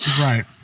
Right